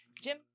Jim